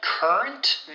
Current